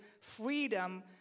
freedom